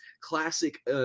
classic